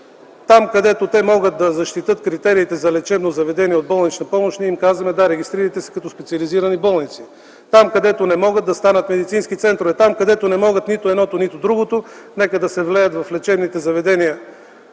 там където те могат да защитят критериите за лечебно заведение от болнична помощ, ние им казваме: да, регистрирайте се като специализирани болници. Там, където не могат – да станат медицински центрове. Там, където не могат нито едното, нито другото, нека да се влеят в лечебните заведения